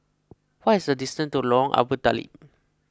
what is the distance to Lorong Abu Talib